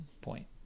point